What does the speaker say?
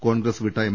കോൺഗ്രസ് വിട്ട എം